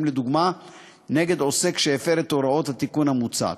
לדוגמה נגד עוסק שהפר את הוראות התיקון המוצע,